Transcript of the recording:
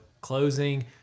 closing